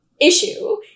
issue